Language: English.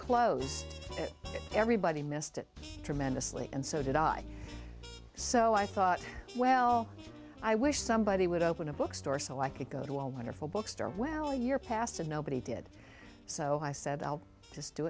closed everybody missed it tremendously and so did i so i thought well i wish somebody would open a bookstore so i could go to a wonderful bookstore well your past and nobody did so i said i'll just do